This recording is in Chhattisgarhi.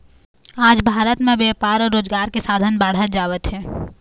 आज भारत म बेपार अउ रोजगार के साधन बाढ़त जावत हे